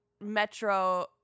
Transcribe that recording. Metro